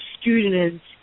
students